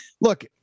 look